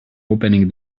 opening